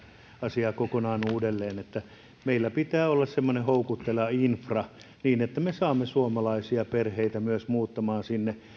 asiaa kokonaan uudelleen meillä pitää olla semmoinen houkutteleva infra että me saamme myös suomalaisia perheitä muuttamaan sinne